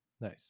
nice